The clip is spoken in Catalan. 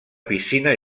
piscina